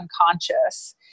unconscious